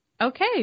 Okay